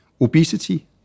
Obesity